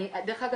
דרך אגב,